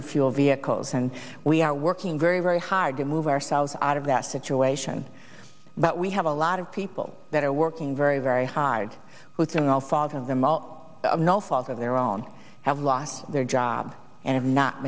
e fuel vehicles and we are working very very hard to move ourselves out of that situation but we have a lot of people that are working very very hard who can all fog of them all no fault of their own have lost their job and have not